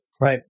Right